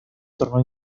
tornó